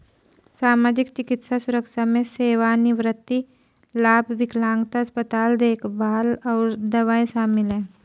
सामाजिक, चिकित्सा सुरक्षा में सेवानिवृत्ति लाभ, विकलांगता, अस्पताल देखभाल और दवाएं शामिल हैं